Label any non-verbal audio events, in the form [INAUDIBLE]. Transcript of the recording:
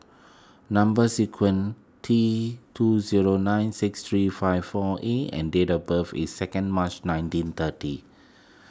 [NOISE] Number Sequence T two zero nine six three five four A and date of birth is second March nineteen thirty